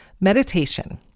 Meditation